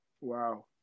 Wow